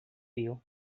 viu